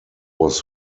was